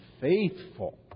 faithful